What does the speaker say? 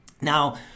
Now